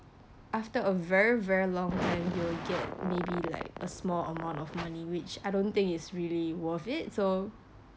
after a very very long time you will get maybe like a small amount of money which I don't think it's really worth it so